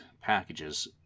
packages